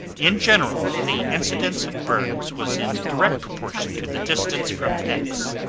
in general, the incidence of burns was in direct proportion to the distance from x.